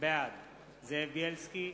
בעד זאב בילסקי,